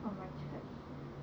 for my church